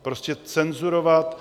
Prostě cenzurovat...